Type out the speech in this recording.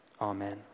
amen